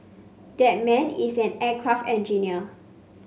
that man is an aircraft engineer